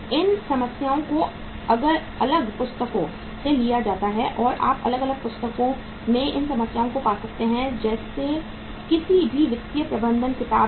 इन समस्याओं को अलग किताबों से लिया जाता है और आप अलग अलग किताबों में इन समस्याओं को पा सकते हैं जैसे किसी भी वित्तीय प्रबंधन किताब में